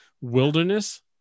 wilderness